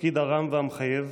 לתפקיד הרם והמחייב